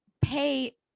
pay